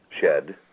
Shed